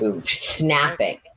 snapping